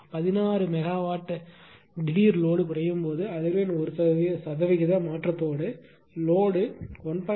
16 megawatt திடீர் load குறையும் போது அதிர்வெண் 1 சதவீத மாற்றத்திற்கு லோடு 1